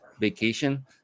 vacation